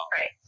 Right